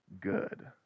good